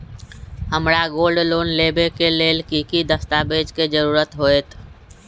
हमरा gold loan लेबे के लेल कि कि दस्ताबेज के जरूरत होयेत?